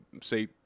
say